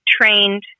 trained